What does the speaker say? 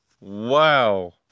Wow